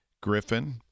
Griffin